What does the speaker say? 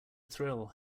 thrill